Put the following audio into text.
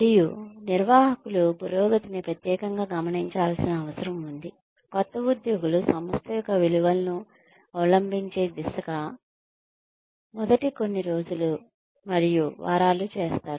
మరియు నిర్వాహకులు పురోగతిని ప్రత్యేకంగా గమనించాల్సిన అవసరం ఉంది కొత్త ఉద్యోగులు సంస్థ యొక్క విలువలను అవలంబించే దిశగా మొదటి కొన్ని రోజులు మరియు వారాలు చేస్తారు